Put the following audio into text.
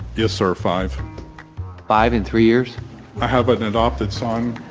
yes, sir, five five in three years i have an adopted son.